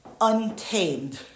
untamed